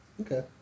Okay